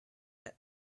red